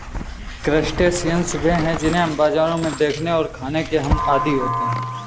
crustaceans वे हैं जिन्हें बाजारों में देखने और खाने के हम आदी होते हैं